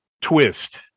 twist